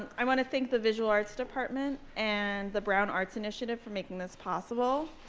i want to thank the visual arts department and the brown arts initiative for making this possible.